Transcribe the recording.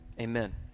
amen